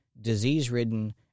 disease-ridden